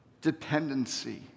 dependency